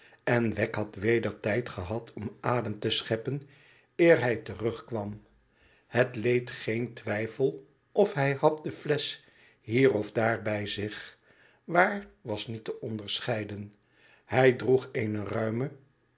en wegg had weder tijd gehad om adem te scheppen eer hij terugkwam het leed geen twijfel of hij had de fiesch hier of daar bij zich waar was niet te onderscheiden hij droeg eene ruime